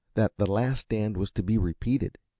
that the last stand was to be repeated.